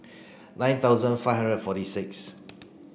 nine thousand five hundred and forty six